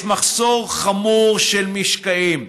ויש מחסור חמור במשקעים.